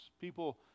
people